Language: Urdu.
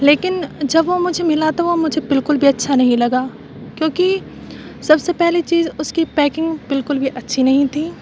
لیکن جب وہ مجھے ملا تو وہ مجھے بالکل بھی اچھا نہیں لگا کیونکہ سب سے پہلی چیز اس کی پیکنگ بالکل بھی اچھی نہیں تھی